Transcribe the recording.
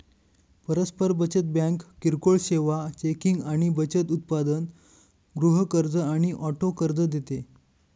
परस्पर बचत बँक किरकोळ सेवा, चेकिंग आणि बचत उत्पादन, गृह कर्ज आणि ऑटो कर्ज देते